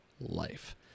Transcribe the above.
life